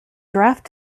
draft